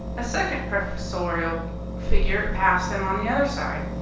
a second professorial figure passed them on the other side.